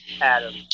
Adam